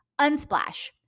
Unsplash